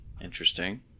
Interesting